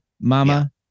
mama